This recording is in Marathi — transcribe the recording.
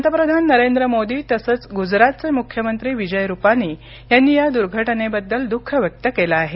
पंतप्रधान नरेंद्र मोदी तसंच गुजरातचे मुख्यमंत्री विजय रुपानी यांनी या दुर्घटनेबद्दल दुःख व्यक्त केलं आहे